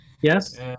Yes